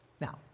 Now